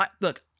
Look